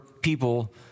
people